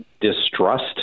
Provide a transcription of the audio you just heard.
distrust